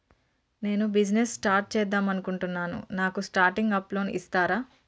నేను business start చేద్దామనుకుంటున్నాను నాకు స్టార్టింగ్ అప్ లోన్ ఇస్తారా?